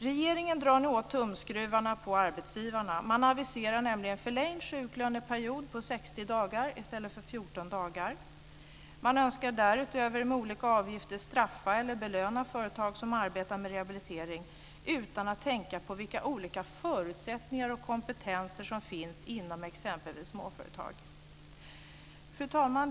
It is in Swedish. Regeringen drar nu åt tumskruvarna på arbetsgivarna. Man aviserar nämligen förlängd sjuklöneperiod på 60 dagar i stället för 14 dagar. Man önskar därutöver med olika avgifter straffa eller belöna företag som arbetar med rehabilitering utan att tänka på vilka olika förutsättningar och kompetenser som finns inom exempelvis småföretag. Fru talman!